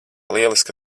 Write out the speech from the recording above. lieliska